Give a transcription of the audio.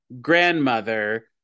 grandmother